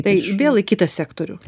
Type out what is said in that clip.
tai vėl į kitą sektorių